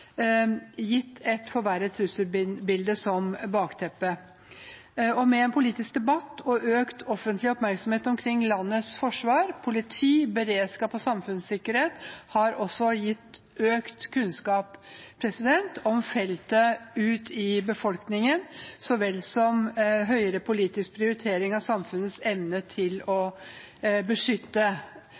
gitt et forverret trusselbilde som bakteppe. Politisk debatt og økt offentlig oppmerksomhet omkring landets forsvar, politi, beredskap og samfunnssikkerhet har også gitt økt kunnskap ute i befolkningen om feltet, så vel som høyere politisk prioritering av samfunnets evne til å beskytte.